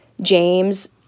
James